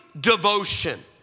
devotion